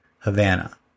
Havana